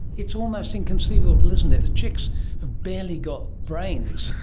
it's almost inconceivable, isn't it, the chicks have barely got brains,